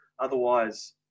Otherwise